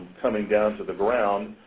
coming down to the ground,